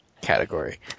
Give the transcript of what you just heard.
category